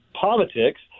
politics